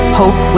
hope